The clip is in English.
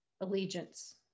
allegiance